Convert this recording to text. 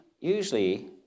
usually